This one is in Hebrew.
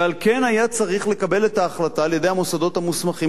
ועל כן היה צריך לקבל את ההחלטה על-ידי המוסדות המוסמכים,